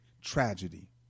tragedy